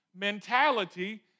mentality